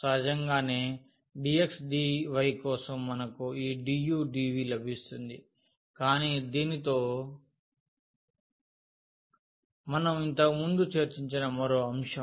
సహజంగానే dx dy కోసం మనకు ఈ du dv లభిస్తుంది కానీ దీనితో మనం ఇంతకుముందు చర్చించిన మరో అంశం